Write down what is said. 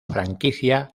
franquicia